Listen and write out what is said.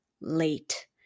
late